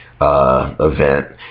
event